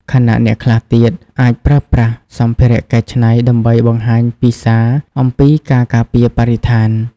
ខណៈអ្នកខ្លះទៀតអាចប្រើប្រាស់សម្ភារៈកែច្នៃដើម្បីបង្ហាញពីសារអំពីការការពារបរិស្ថាន។